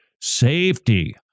safety